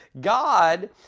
God